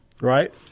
Right